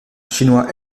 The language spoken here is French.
chinois